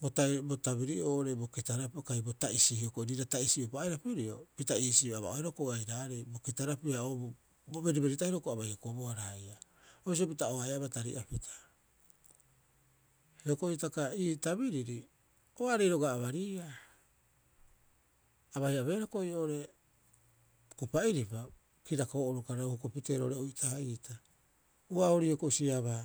Bo tabiri'oo oo'ore bo kitarapiu kai bo ta'isi hioko'i. Riira ta'isi'upa aira pirio pita iisio aba'oehara hioko'i airaarei bo kitarapiu haia oo bo beriberi tahiro a bai hokobohara haia. Bisio pita o haeaaba tari'apita. Hioko'i hitaka ii tabiriri o aarei roga'a abariia. A bai abeehara hioko'i oo'ore kupa'iripa, kirakoo'oroi karara hukupitee roo'ore oitaa'ita. Ua'oori hioko'i siabaa